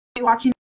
watching